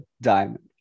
Diamond